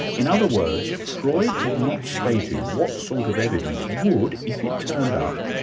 in other words, freud had not stated what sort of evidence would, if it turned up,